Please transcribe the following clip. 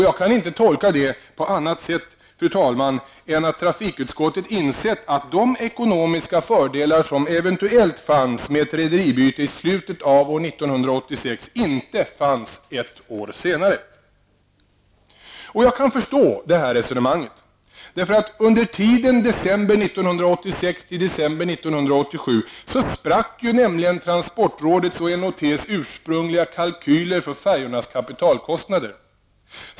Jag kan inte tolka detta på annat sätt, fru talman, än att trafikutskottet insett att de ekonomiska fördelar som eventuellt fanns med ett rederibyte i slutet av år 1986 inte fanns ett år senare. Och jag kan förstå detta resonemang. Under tiden december 1986--december 1987 sprack ju nämligen transportrådets och N & Ts ursprungliga kalkyler för färjornas kapitalkostnader.